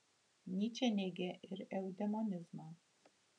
nyčė neigė ir eudemonizmą